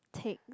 take